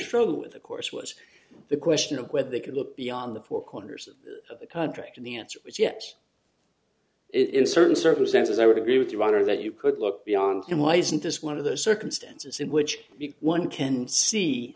do with the course was the question of whether they could look beyond the four corners of the contract in the answer was yes it's certain circumstances i would agree with you rather that you could look beyond and why isn't this one of those circumstances in which big one can see